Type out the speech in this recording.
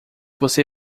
você